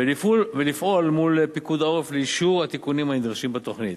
ולפעול מול פיקוד העורף לאישור התיקונים הנדרשים בתוכנית.